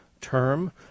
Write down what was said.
term